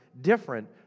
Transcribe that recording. different